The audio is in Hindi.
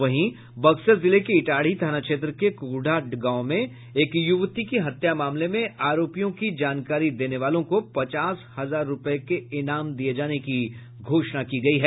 वहीं बक्सर जिले के इटाढ़ी थाना क्षेत्र के कुकुढ़ा गांव में एक युवती की हत्या मामले में आरोपियों की जानकारी देने वालों को पचास हजार रूपये के इनाम दिये जाने की घोषणा की गयी है